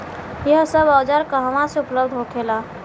यह सब औजार कहवा से उपलब्ध होखेला?